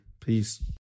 Peace